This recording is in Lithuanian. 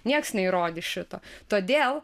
nieks neįrodys šito todėl